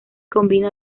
combina